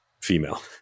female